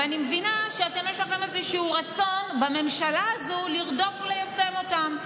ואני מבינה שיש לכם איזשהו רצון בממשלה הזו לרדוף ליישם אותם,